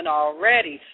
already